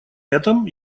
этом